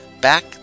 back